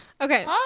Okay